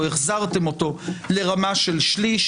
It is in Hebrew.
או החזרתם אותו לרמה של שליש,